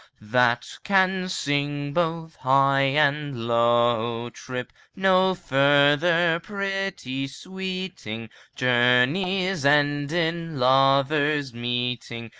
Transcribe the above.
that can sing both high and low trip no further, pretty sweeting journeys end in lovers meeting,